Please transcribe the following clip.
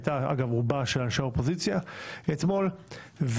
הייתה ברובה של אנשי האופוזיציה אתמול,